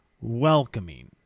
welcoming